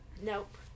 Nope